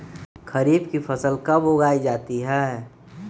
खरीफ की फसल कब उगाई जाती है?